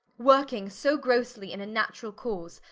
working so grossely in an naturall cause,